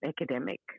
academic